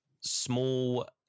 small